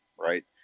right